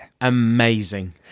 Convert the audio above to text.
Amazing